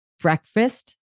breakfast